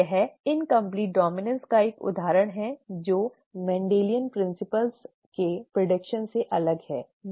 यह incomplete dominance का एक उदाहरण है जो मेंडेलियन के सिद्धांतों से अनुमानित भविष्यवाणी से अलग है